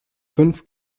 fünf